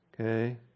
Okay